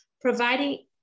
providing